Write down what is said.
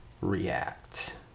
react